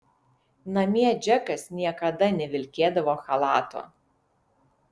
namie džekas niekada nevilkėdavo chalato